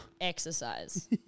Exercise